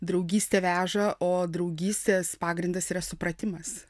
draugystė veža o draugystės pagrindas yra supratimas